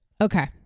okay